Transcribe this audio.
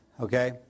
Okay